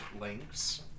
links